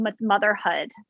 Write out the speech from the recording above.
motherhood